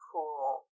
Cool